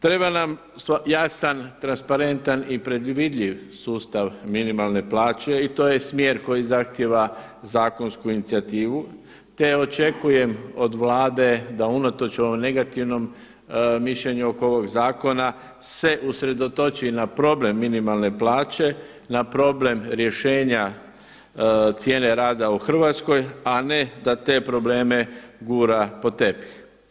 Treba nam jasan, transparentan i predvidljiv sustav minimalne plaće i to je smjer koji zahtjeva zakonsku inicijativu, te očekujem od Vlade da unatoč ovom negativnom mišljenju oko ovog zakona se usredotoči na problem minimalne plaće, na problem rješenja cijene rada u Hrvatskoj, a ne da te probleme gura pod tepih.